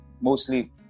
mostly